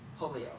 polio